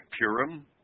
Purim